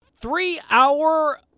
three-hour